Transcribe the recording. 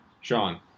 Sean